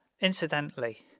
Incidentally